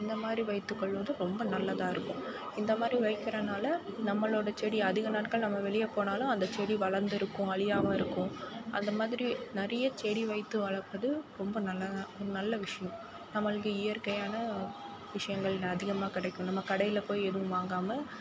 இந்தமாதிரி வைத்துக்கொள்வது ரொம்ப நல்லதாக இருக்கும் இந்தமாதிரி வைக்கிறதுனால நம்மளோட செடி அதிக நாட்கள் நம்ம வெளியே போனாலும் அந்த செடி வளர்ந்து இருக்கும் அழியாமல் இருக்கும் அந்த மாதிரி நிறைய செடி வைத்து வளர்ப்பது ரொம்ப நல்ல நல்ல விஷயம் நம்மளுக்கு இயற்கையான விஷயங்கள் அதிகமாக கிடைக்கும் நம்ம கடையில் போய் எதுவும் வாங்காமல்